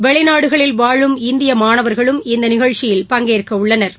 வெளிநாடுகளில் வாழும் இந்திய மாணவா்களும் இந்த நிகழ்ச்சியில் பங்கேற்கவுள்ளனா்